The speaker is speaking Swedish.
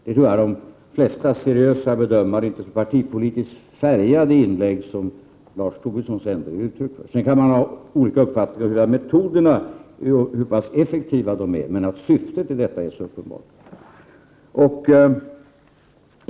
Det tror jag att de flesta seriösa bedömare ändå medger, bedömare som inte gör så partipolitiskt färgade inlägg som Lars Tobisson. Man kan ha olika uppfattning om hur pass effektiva metoderna är, men syftet är uppenbart.